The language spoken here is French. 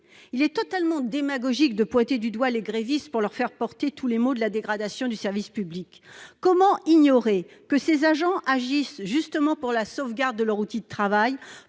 Il est totalement démagogique de pointer du doigt les grévistes pour leur imputer tous les maux de la dégradation du service public. Comment ignorer que ces agents se mobilisent, justement, pour la sauvegarde de leur outil de travail,